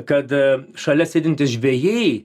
kad šalia sėdintys žvejai